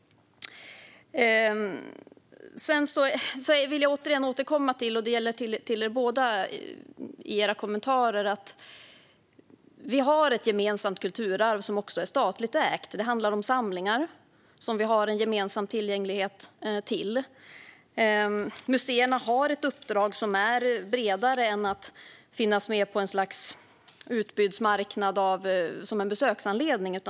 Jag vill återkomma till att vi har ett gemensamt kulturarv som också är statligt ägt. Det säger jag med anledning av båda mina motdebattörers kommentarer. Det handlar om samlingar som vi har en gemensam tillgänglighet till. Museerna har ett uppdrag som är bredare än att finnas med på ett slags utbudsmarknad som en besöksanledning.